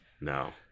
No